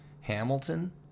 Hamilton